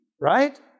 Right